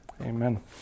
Amen